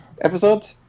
episode